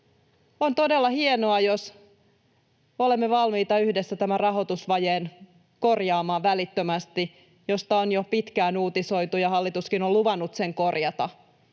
On todella hienoa, jos olemme valmiita yhdessä korjaamaan välittömästi tämän rahoitusvajeen, josta on jo pitkään uutisoitu, ja hallituskin on luvannut sen korjata.